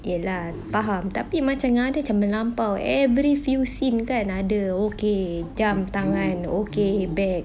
ya lah faham tapi macam ada yang melampau every few scene kan ada okay jam tangan okay bag